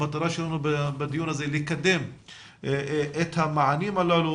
המטרה שלנו בדיון הזה היא לקדם את המענים הללו